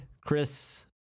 Chris